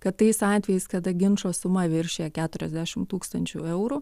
kad tais atvejais kada ginčo suma viršija keturiasdešim tūkstančių eurų